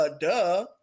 Duh